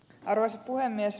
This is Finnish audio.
arvoisa puhemies